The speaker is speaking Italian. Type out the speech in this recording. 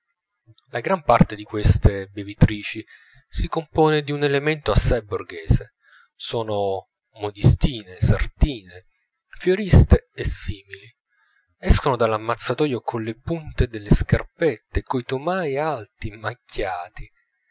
la gran parte di queste bevitrici si compone di un elemento assai borghese sono modistine sartine fioriste e simili escono dall'ammazzatoio con le punte delle scarpette coi tomai alti macchiati